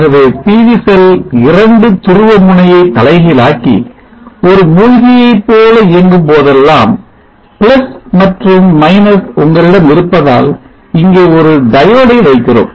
ஆகவே PV cell 2 துருவ முனையை தலைகீழாக்கி ஒரு மூழ்கியைப் போல இயங்கும் போதெல்லாம் மற்றும் உங்களிடம் இருப்பதால் இங்கே ஒரு Diode டை வைக்கிறோம்